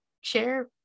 Share